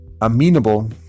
amenable